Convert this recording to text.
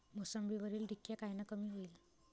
मोसंबीवरील डिक्या कायनं कमी होईल?